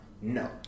No